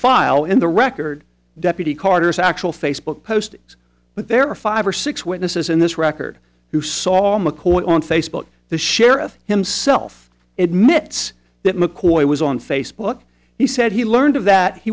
file in the record deputy carter's actual facebook post but there are five or six witnesses in this record who saw mccoy on facebook the sheriff himself admits that mccoy was on facebook he said he learned of that he